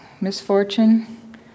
misfortune